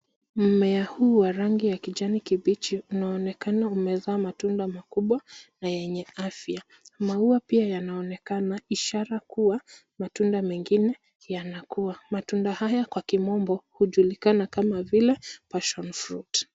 Mmea huu wa rangi ya kijani kibichi unaonekana umezaa matunda makubwa na yenye afya. Maua pia yanaonekana ishara kuwa matunda mengine yanakua .Matunda haya kwa kimombo hujulikana kama vile passion fruit.